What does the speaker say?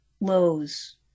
Lowe's